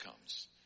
comes